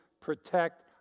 protect